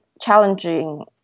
challenging